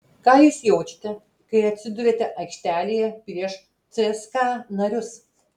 ką jūs jaučiate kai atsiduriate aikštelėje prieš cska narius